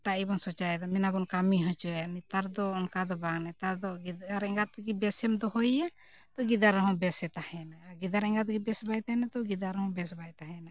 ᱮᱴᱟᱜ ᱜᱮᱵᱚᱱ ᱥᱳᱪᱟᱭᱮᱫᱟ ᱢᱮᱱᱟᱵᱚᱱ ᱠᱟᱹᱢᱤ ᱦᱚᱪᱚᱭᱟ ᱱᱮᱛᱟᱨ ᱫᱚ ᱚᱱᱠᱟ ᱫᱚ ᱵᱟᱝ ᱱᱮᱛᱟᱨ ᱫᱚ ᱟᱨ ᱮᱸᱜᱟᱛ ᱛᱮᱜᱮ ᱵᱮᱥᱮᱢ ᱫᱚᱦᱚᱭᱮᱭᱟ ᱛᱳ ᱜᱤᱫᱟᱹᱨ ᱦᱚᱸ ᱵᱮᱥᱮ ᱛᱟᱦᱮᱱᱟ ᱟᱨ ᱜᱤᱫᱟᱹᱨ ᱮᱸᱜᱟᱛᱜᱮ ᱵᱮᱥ ᱵᱟᱭ ᱛᱟᱦᱮᱱᱟ ᱛᱳ ᱜᱤᱫᱟᱹᱨ ᱦᱚᱸ ᱵᱮᱥ ᱵᱟᱭ ᱛᱟᱦᱮᱱᱟ